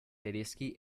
tedeschi